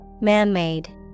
man-made